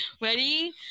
Ready